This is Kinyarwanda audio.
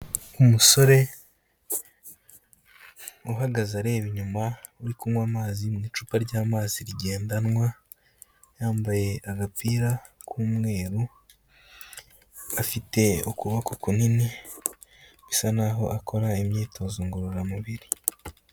Umusore uhagaze areba inyuma uri kunywa amazi mu icupa rya'mazi rigendanwa, yambaye agapira k'umweru, afite ukuboko kunini, bisa naho akora imyitozo ngororamubiri.